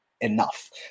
enough